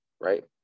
right